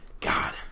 god